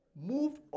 Moved